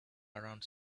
around